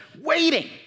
waiting